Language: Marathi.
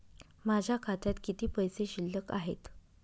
माझ्या खात्यात किती पैसे शिल्लक आहेत?